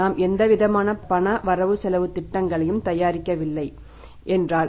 நாம் எந்தவிதமான பண வரவு செலவுத் திட்டங்களையும் தயாரிக்கவில்லை என்றால்